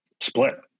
split